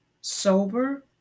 sober